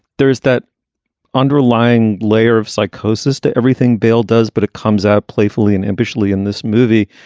there's that underlying layer of psychosis to everything bill does, but it comes out playfully and ambitiously in this movie.